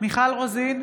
מיכל רוזין,